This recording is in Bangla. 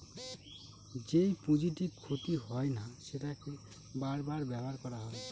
যেই পুঁজিটি ক্ষতি হয় না সেটাকে বার বার ব্যবহার করা হয়